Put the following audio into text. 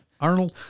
Arnold